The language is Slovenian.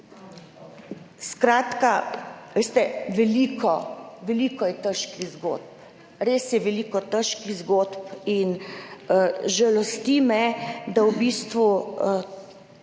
Skratka, veste, veliko, veliko je težkih zgodb. Res je veliko težkih zgodb in žalosti me, da v bistvu